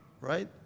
right